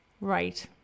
right